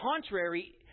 contrary